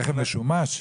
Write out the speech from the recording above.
רכב משומש?